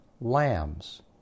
lambs